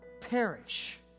perish